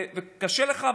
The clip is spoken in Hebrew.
וקשה לך,